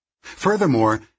Furthermore